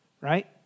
right